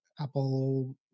Apple